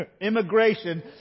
immigration